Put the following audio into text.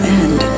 end